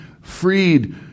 freed